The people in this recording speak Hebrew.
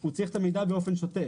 הוא צריך את המידע באופן שוטף.